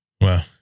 Wow